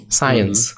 science